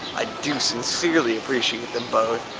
i do sincerely appreciate them both,